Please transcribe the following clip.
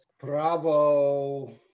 bravo